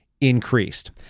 increased